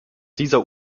dieser